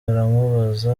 aramubaza